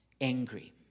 angry